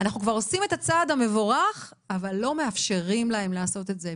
אנחנו כבר עושים את הצעד המבורך אבל לא מאפשרים להם לעשות את זה.